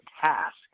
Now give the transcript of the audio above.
task